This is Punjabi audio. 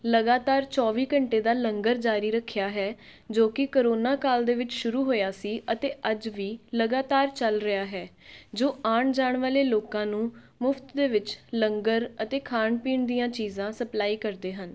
ਲਗਾਤਾਰ ਚੌਵੀ ਘੰਟੇ ਦਾ ਲੰਗਰ ਜਾਰੀ ਰੱਖਿਆ ਹੈ ਜੋ ਕਿ ਕਰੋਨਾ ਕਾਲ ਦੇ ਵਿੱਚ ਸ਼ੁਰੂ ਹੋਇਆ ਸੀ ਅਤੇ ਅੱਜ ਵੀ ਲਗਾਤਾਰ ਚੱਲ ਰਿਹਾ ਹੈ ਜੋ ਆਉਣ ਜਾਣ ਵਾਲੇ ਲੋਕਾਂ ਨੂੰ ਮੁਫਤ ਦੇ ਵਿੱਚ ਲੰਗਰ ਅਤੇ ਖਾਣ ਪੀਣ ਦੀਆਂ ਚੀਜ਼ਾਂ ਸਪਲਾਈ ਕਰਦੇ ਹਨ